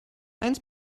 eins